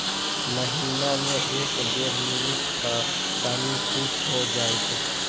महीना मे एक बेर मिलीत त तनि कुछ हो जाइत